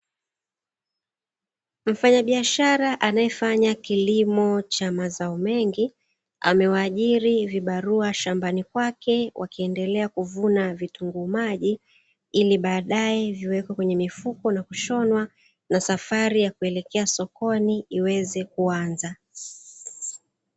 Mfanyabiashara anayefanya kilimo cha mazao mengi, amewaajili vibarua shambani kwake wakiendelea kuvuna vitunguu maji, ili baadae viwekwe kwenye mifuko na kushonwa na safari ya kuelekea sokoni iweze kuanza.